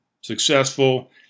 Successful